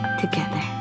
together